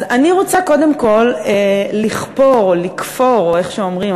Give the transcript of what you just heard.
אז אני רוצה קודם כול לכְפור או לכְּפור או איך שאומרים,